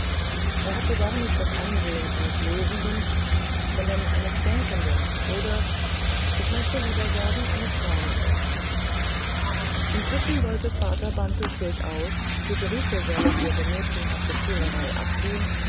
er hatte gar nicht das ansehen eines lesenden sondern eines denkenden oder ich möchte lieber sagen eines träumenden inzwischen wollte vater bantes durchaus friederike solle ihre mädchenhafte ziererei abtun